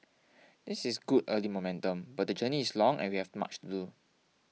this is good early momentum but the journey is long and we have much to do